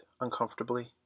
uncomfortably